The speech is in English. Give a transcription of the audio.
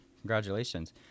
congratulations